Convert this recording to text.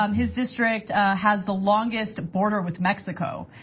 um his district has the longest border with mexico.